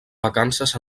vacances